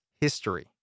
history